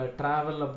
travel